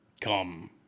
Come